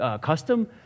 custom